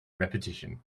repetition